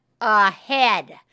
ahead